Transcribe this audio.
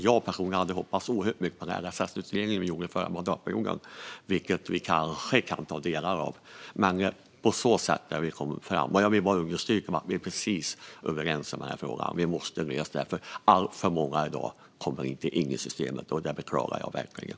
Jag hoppades oerhört på LSS-utredningen som gjordes förra mandatperioden, och där kanske vi kan använda delar av den och på så sätt komma framåt. Jag vill bara understryka att vi är precis överens i frågan om att alltför många i dag inte kommer in i systemet. Det beklagar jag verkligen.